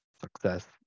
success